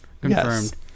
confirmed